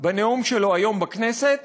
בנאום שלו היום בכנסת